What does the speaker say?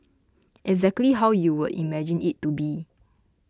exactly how you would imagine it to be